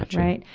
right.